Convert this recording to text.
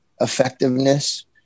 effectiveness